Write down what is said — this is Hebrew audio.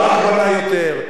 ברק בנה יותר.